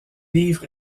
livre